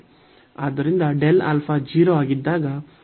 ಆದ್ದರಿಂದ ಆಗಿದ್ದಾಗ ಈ ξ 2 u 2 α ಗೆ ಹೋಗುತ್ತದೆ